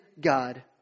God